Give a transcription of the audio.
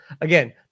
again